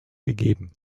gegeben